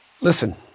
listen